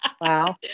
Wow